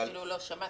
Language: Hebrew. אני אפילו לא שמעתי.